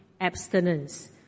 abstinence